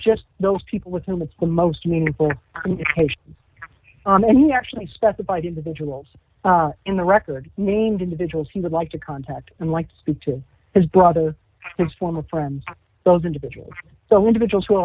just those people with whom it's the most meaningful and he actually specified individuals in the record named individuals he would like to contact and like to speak to his brother and former friend those individuals the individuals who are